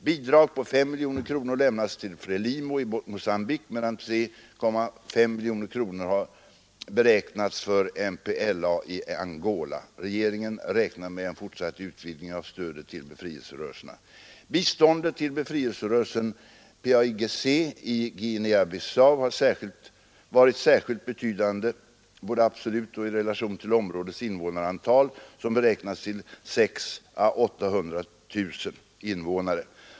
Bidrag på 5 miljoner kronor lämnas till Frelimo i Mogambique, medan 3,5 miljoner kronor har beräknats för MPLA i Angola. Regeringen räknar med en fortsatt utvidgning av stödet till befrielserörelserna. Biståndet till befrielserörelsen PAIGC i Guinea-Bissau har varit särskilt betydande både absolut och i relation till områdets invånarantal, som beräknas till 600 000 å 800 000.